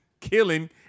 killing